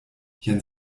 jen